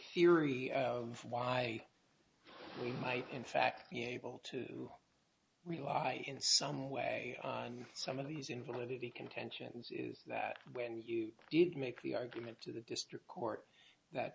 theory of why we might in fact be able to rely in some way on some of these infinity contentions is that when you did make the argument to the district court that